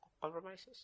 Compromises